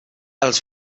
els